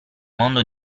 mondo